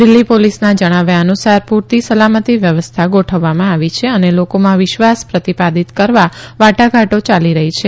દિલ્હી લીસના જણાવ્યા અનુસાર પુરતી સલામતી વ્યવસ્થા ગોઠવવામાં આવી છે અને લોકોમાં વિશ્વાસ પ્રતિ ાદીત કરવા વાટાઘાટો યાલી રહી છે